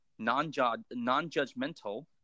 nonjudgmental